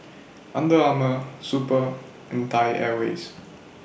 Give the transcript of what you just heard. Under Armour Super and Thai Airways